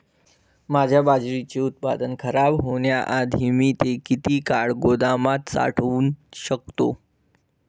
माझे बाजरीचे उत्पादन खराब होण्याआधी मी ते किती काळ गोदामात साठवू शकतो?